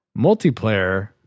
Multiplayer